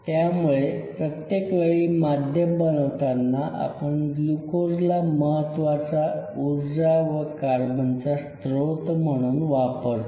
त्यामुळे प्रत्येक वेळी माध्यम बनवताना आपण ग्लुकोज ला महत्वाचा उर्जा व कार्बनचा स्त्रोत म्हणून वापरतो